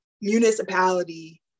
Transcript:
municipality